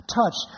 touch